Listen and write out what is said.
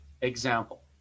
example